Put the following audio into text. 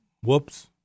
whoops